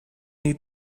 need